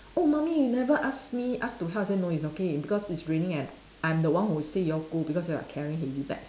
oh mummy you never ask me ask to help I say no it's okay because it's raining and I'm the one who say you all go because you all carrying heavy bags